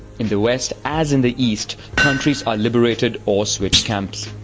in the west, as in the east, countries are liberated or switch camps.